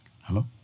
Hello